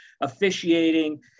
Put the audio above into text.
officiating